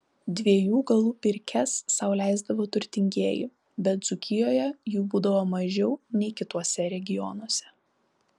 dviejų galų pirkias sau leisdavo turtingieji bet dzūkijoje jų būdavo mažiau nei kituose regionuose